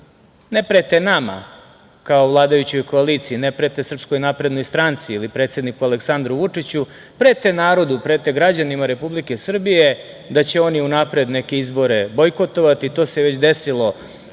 ne prete nama, kao vladajućoj koaliciji, ne prete SNS, ili predsedniku Aleksandru Vučiću, prete narodu, prete građanima Republike Srbije, da će oni unapred neke izbore bojkotovati. To se već desilo